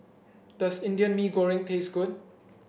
does Indian Mee Goreng taste good